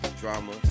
drama